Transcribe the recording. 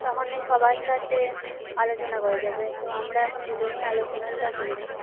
তখনই সবার সাথে আলোচনা করা যাবে তো আমরা এখন দুজনেই আলোচনাটা করে নিই